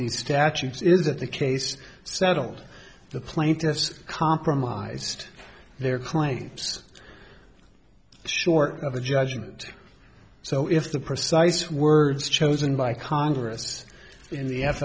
these statutes is that the case settled the plaintiffs compromised their claims short of the judgment so if the precise words chosen by congress and the f